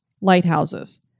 lighthouses